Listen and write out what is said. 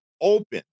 open